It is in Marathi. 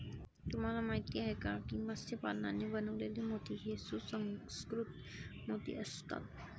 तुम्हाला माहिती आहे का की मत्स्य पालनाने बनवलेले मोती हे सुसंस्कृत मोती असतात